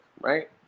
right